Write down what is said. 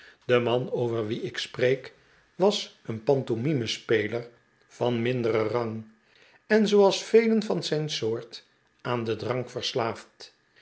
de man over wien ik spreek was een pantomime speler van minderen rang en zooals velen van zijn soort aan den drank verslaafd